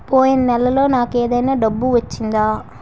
పోయిన నెలలో నాకు ఏదైనా డబ్బు వచ్చిందా?